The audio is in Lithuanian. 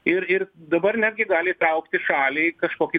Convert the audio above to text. ir ir dabar netgi gali įtraukti šalį į kažkokį